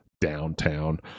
downtown